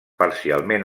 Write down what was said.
parcialment